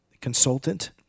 consultant